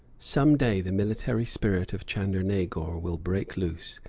some day the military spirit of chandernagor will break loose,